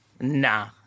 Nah